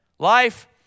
Life